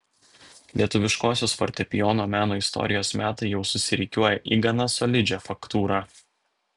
lietuviškosios fortepijono meno istorijos metai jau susirikiuoja į gana solidžią faktūrą